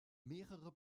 mehrere